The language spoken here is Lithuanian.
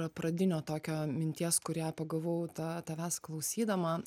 pradinio tokio minties kurią pagavau ta tavęs klausydama